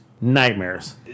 Nightmares